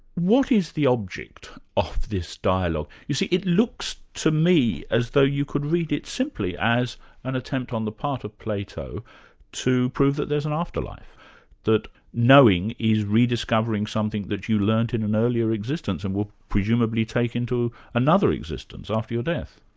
what is the object of this dialogue? you see it looks to me as though you could read it simply as an attempt on the part of plato to prove that there's an afterlife that knowing is rediscovering something that you learnt in an earlier existence, and would presumably take into another existence after your death.